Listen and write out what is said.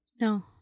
No